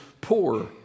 poor